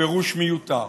הפירוש מיותר.